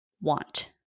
want